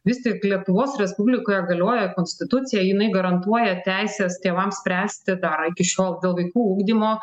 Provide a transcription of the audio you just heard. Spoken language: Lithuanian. vis tik lietuvos respublikoje galioja konstitucija jinai garantuoja teises tėvams spręsti dar iki šiol dėl vaikų ugdymo